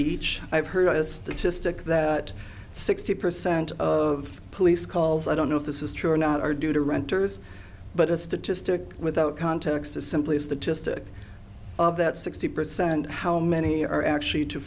each i've heard a statistic that sixty percent of police calls i don't know if this is true or not are due to renters but a statistic without context is simply a statistic of that sixty percent how many are actually t